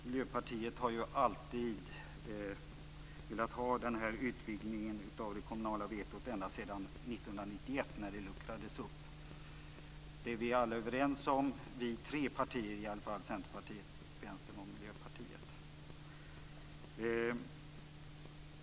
Miljöpartiet har alltid velat ha en utvidgning av det kommunala vetot. Det har vi velat ända sedan 1991 när det luckrades upp. Detta är man också överens om från tre partier, nämligen Centerpartiet, Vänstern och Miljöpartiet.